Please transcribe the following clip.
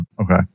Okay